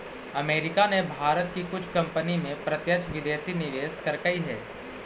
America ने भारत की कुछ कंपनी में प्रत्यक्ष विदेशी निवेश करकई हे